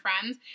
friends